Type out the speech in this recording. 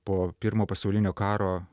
po pirmo pasaulinio karo